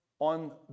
on